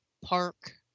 Park